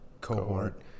cohort